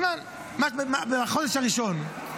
מזמן, בחודש הראשון.